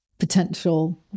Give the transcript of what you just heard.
potential